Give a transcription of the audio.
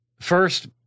first